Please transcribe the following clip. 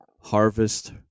harvest